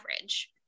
average